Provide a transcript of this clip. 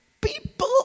People